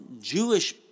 Jewish